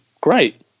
great